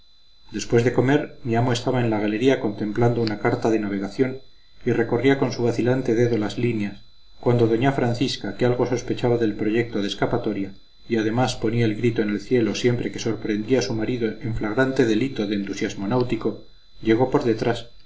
después de comer mi amo estaba en la galería contemplando una carta de navegación y recorría con su vacilante dedo las líneas cuando doña francisca que algo sospechaba del proyecto de escapatoria y además ponía el grito en el cielo siempre que sorprendía a su marido en flagrante delito de entusiasmo náutico llegó por detrás